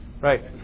Right